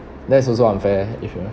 that's also unfair if